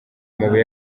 amabuye